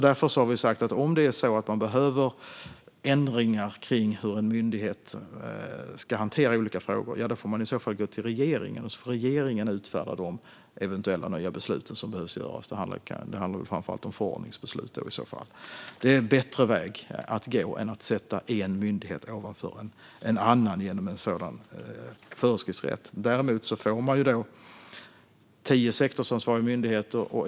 Därför har vi sagt att om man behöver ändringar i hur en myndighet ska hantera olika frågor får man gå till regeringen, som får utfärda de eventuella nya beslut som behövs. Det handlar i så fall framför allt om förordningsbeslut. Det är en bättre väg att gå än att sätta en myndighet ovanför en annan genom föreskriftsrätt. Däremot får vi tio sektorsansvariga myndigheter.